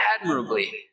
admirably